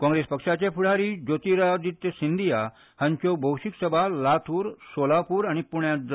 काँग्रेस पक्षाचे फुडारी ज्योतिरादित्य सिंदीया हांच्यो भौशीक सभा लातूर सोलापूर आनी पूण्यांत जाल्यो